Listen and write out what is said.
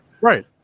Right